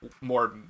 more